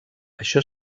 això